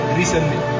recently